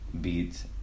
beats